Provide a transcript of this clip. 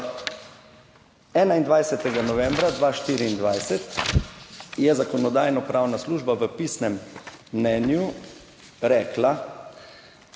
21. novembra 2024 je Zakonodajno-pravna služba v pisnem mnenju rekla,